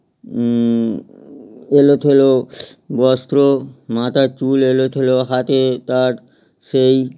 এলোথেলো বস্ত্র মাথার চুল এলোথেলো হাতে তার সেই